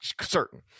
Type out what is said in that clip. certain